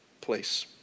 place